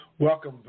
Welcome